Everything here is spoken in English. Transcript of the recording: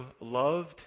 loved